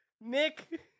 Nick